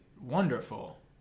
wonderful